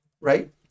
right